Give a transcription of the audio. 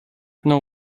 know